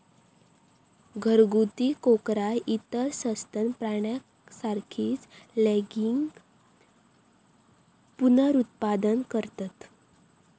घरगुती कोकरा इतर सस्तन प्राण्यांसारखीच लैंगिक पुनरुत्पादन करतत